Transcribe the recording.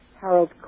Harold